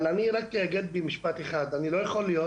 אבל, אני רק אגיד במשפט אחד, לא יכול להיות